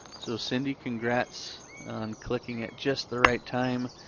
so cindy, congrats on clicking at just the right time.